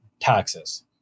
taxes